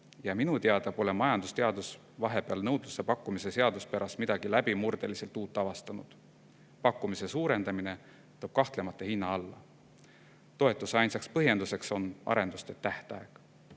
ja minu teada pole majandusteadus vahepeal nõudluse-pakkumise seaduspäras midagi läbimurdeliselt uut avastanud. Pakkumise suurendamine toob kahtlemata hinna alla. Toetuse ainsaks põhjenduseks on arenduste tähtaeg.